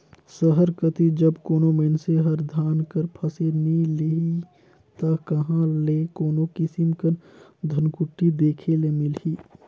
सहर कती जब कोनो मइनसे हर धान कर फसिल नी लेही ता कहां ले कोनो किसिम कर धनकुट्टी देखे ले मिलही